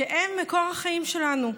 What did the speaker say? שהם מקור החיים שלנו.